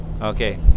Okay